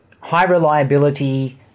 high-reliability